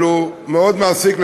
אבל היא מאוד מעסיקה,